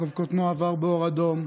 רוכב הקטנוע עבר באור אדום.